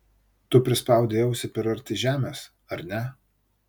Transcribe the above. tu prispaudei ausį per arti žemės ar ne